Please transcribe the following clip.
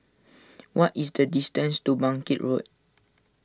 what is the distance to Bangkit Road